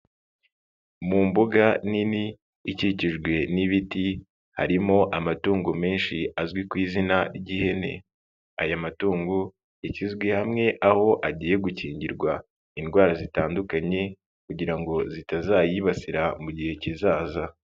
Mu mbuga nini ikikijwe n'ibiti harimo amatungo menshi azwi ku izina ry'ihene, aya matungo yashyizwe hamwe aho agiye gukingirwa indwara zitandukanye kugira ngo zitazayibasira mu gihe kizaza.